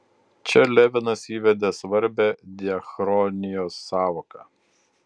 čia levinas įveda svarbią diachronijos sąvoką